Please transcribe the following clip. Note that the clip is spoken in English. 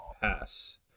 Pass